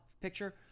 picture